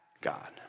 God